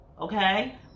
Okay